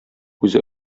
үзе